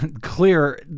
clear